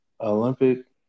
Olympic